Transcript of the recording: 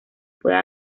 puede